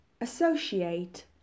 associate